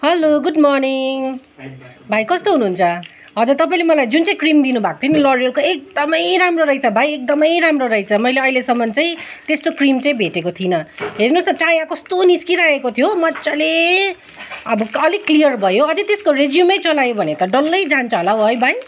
hello good morning भाइ कस्तो हुनुहुन्छ हजुर तपाईँले मलाई जुन चाहिँ क्रिम दिनुभएको थियो नि लोरियलको एकदमै राम्रो रहेछ भाइ एकदमै राम्रो रहेछ मैले अहिलेसम्म चाहिँ त्यस्तो क्रिम चाहिँ भेटेको थिइनँ हेर्नुस् न चाँया कस्तो निस्किहरेको थियो मज्जाले अब अलिक क्लियर भयो अझै त्यसको रेज्युमै चलायो भने त डल्लै जान्छ होला हौ है भाइ